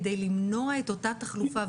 כדי למנוע את אותה תחלופה,